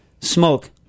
smoke